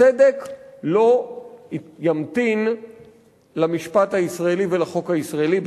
הצדק לא ימתין למשפט הישראלי ולחוק הישראלי,